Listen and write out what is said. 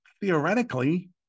Theoretically